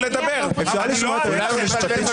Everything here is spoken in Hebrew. אפשר לשמוע את הייעוץ המשפטי,